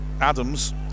Adams